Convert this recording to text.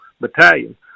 Battalion